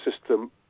system